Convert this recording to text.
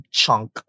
chunk